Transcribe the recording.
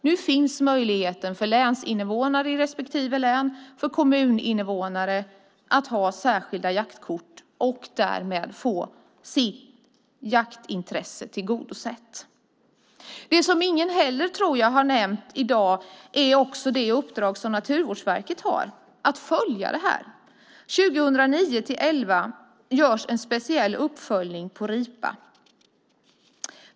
Nu finns möjligheten för invånare i respektive län och för kommuninvånare att ha särskilda jaktkort och därmed få sitt jaktintresse tillgodosett. Det som ingen har nämnt i dag är det uppdrag som Naturvårdsverket har att följa detta. 2009-2011 görs en speciell uppföljning av ripan.